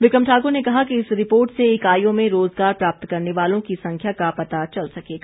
विक्रम ठाकुर ने कहा कि इस रिपोर्ट से इकाईयों में रोजगार प्राप्त करने वालों की संख्या का पता चल सकेगा